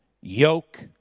Yoke